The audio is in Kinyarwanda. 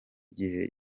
gihe